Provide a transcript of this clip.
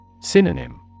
Synonym